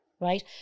right